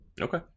Okay